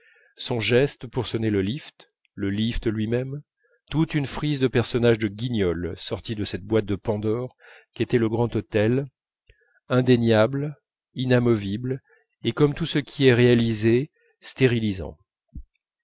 son geste pour sonner le lift le lift lui-même toute une frise de personnages de guignol sortis de cette boîte de pandore qu'était le grand hôtel indéniables inamovibles et comme tout ce qui est réalisé stérilisants